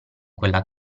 quella